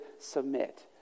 submit